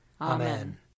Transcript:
Amen